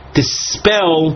dispel